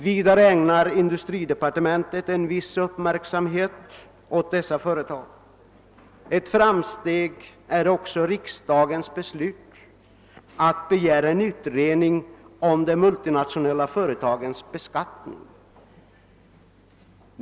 Vidare ägnar industridepartementet en viss uppmärksamhet åt dessa företag. Ett framsteg är också riksdagens beslut att begära en utredning om de multinationella företagens beskattning.